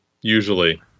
usually